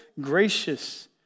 gracious